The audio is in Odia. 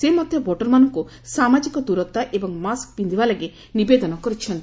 ସେ ମଧ୍ୟ ଭୋଟରମାନଙ୍କୁ ସାମାଜିକ ଦୂରତା ଏବଂ ମାସ୍କ ପିନ୍ଧିବା ଲାଗି ନିବେଦନ କରିଛନ୍ତି